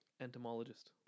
Entomologist